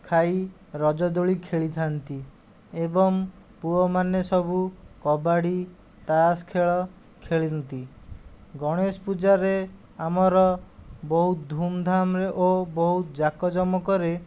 ଖାଇ ରଜଦୋଳି ଖେଳିଥାନ୍ତି ଏବଂ ପୁଅମାନେ ସବୁ କବାଡ଼ି ତାସ ଖେଳ ଖେଳିନ୍ତି ଗଣେଶ ପୂଜାରେ ଆମର ବହୁତ ଧୁମଧାମରେ ଓ ବହୁ ଜାକଜମକରେ